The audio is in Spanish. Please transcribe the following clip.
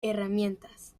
herramientas